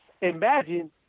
Imagine